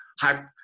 high